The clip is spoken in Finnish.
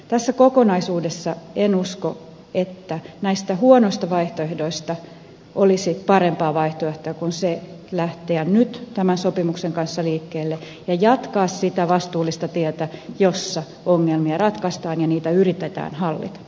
tässä kokonaisuudessa en usko että näistä huonoista vaihtoehdoista olisi parempaa vaihtoehtoa kuin lähteä nyt tämän sopimuksen kanssa liikkeelle ja jatkaa sitä vastuullista tietä jossa ongelmia ratkaistaan ja niitä yritetään hallita